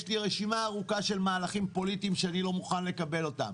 יש לי רשימה ארוכה של מהלכים פוליטיים שאני לא מוכן לקבל אותם.